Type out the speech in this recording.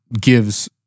gives